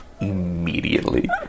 immediately